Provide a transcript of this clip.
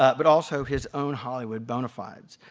ah but also his own hollywood bonefides.